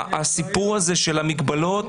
הסיפור הזה של המגבלות,